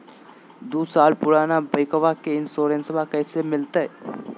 दू साल पुराना बाइकबा के इंसोरेंसबा कैसे मिलते?